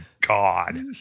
god